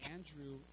Andrew